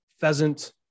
pheasant